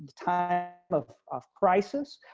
time of of crisis,